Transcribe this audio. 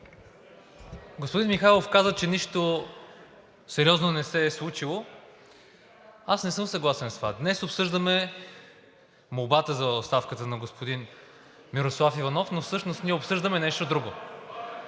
Господин Михайлов каза, че нищо сериозно не се е случило. Не съм съгласен с това. Днес обсъждаме молбата за оставката на господин Мирослав Иванов, но всъщност обсъждаме нещо друго.